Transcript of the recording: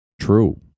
True